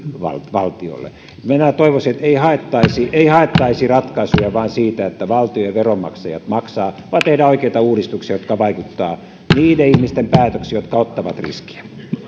valtiolle minä toivoisin että ei haettaisi ei haettaisi ratkaisuja vain siitä että valtio ja veronmaksajat maksavat vaan tehdään oikeita uudistuksia jotka vaikuttavat niiden ihmisten päätöksiin jotka ottavat riskiä